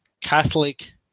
Catholic